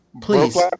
Please